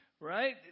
right